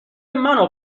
منو